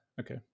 okay